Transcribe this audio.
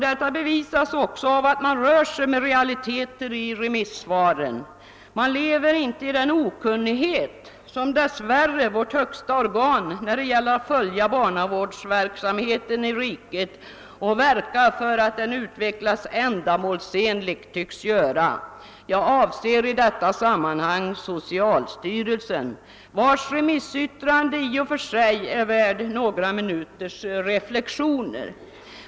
Detta bevisas också av att man i remissvaren rör sig med realiteter. Man lever inte i den okunnighet som dess värre vårt högsta organ, när det gäller att följa barnavårdsverksamheten i riket och verka för att den utvecklas ändamålsenligt, tycks göra. Jag avser i detta sammanhang socialstyrelsen, vars remissyttrande i och för sig är värt några minuters reflexioner.